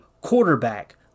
quarterback